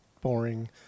boring